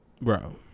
Bro